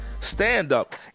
stand-up